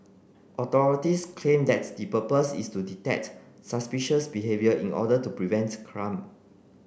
authorities claim that's the purpose is to detect suspicious behaviour in order to prevent crime